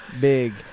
big